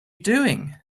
doing